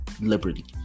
Liberty